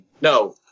no